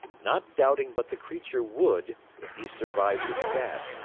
not doubting but the creature would, if he survived the stab,